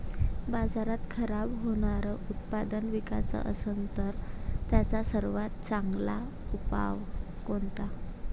बाजारात खराब होनारं उत्पादन विकाच असन तर त्याचा सर्वात चांगला उपाव कोनता?